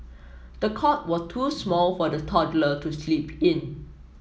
the cot was too small for the toddler to sleep in